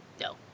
No